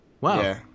Wow